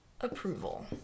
approval